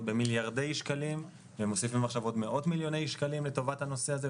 במיליארדי שקלים ומוסיפים עכשיו עוד מאות מיליוני שקלים לטובת הנושא הזה,